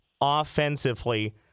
offensively